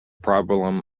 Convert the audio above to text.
problem